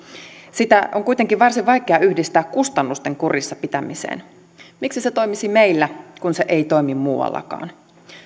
sitä on kuitenkin varsin vaikea yhdistää kustannusten kurissa pitämiseen miksi se toimisi meillä kun se ei toimi muuallakaan